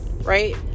right